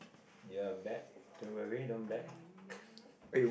ya I'm back don't worry don't back